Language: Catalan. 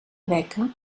beca